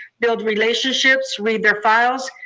build relationships, read their files,